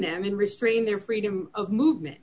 them in restrain their freedom of movement